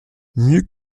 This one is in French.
mieux